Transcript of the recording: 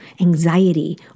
anxiety